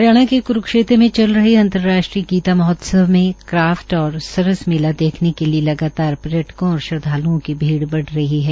हरियाणा के क्रुक्षेत्र में चल रहे अंतर्राष्ट्रीय गीता महोत्सव में क्राफ्ट और सरस मेला देखने के लिए लगातार पर्यटकों और श्रद्वाल्ओं की भीड़ बढ़ रही है